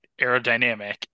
aerodynamic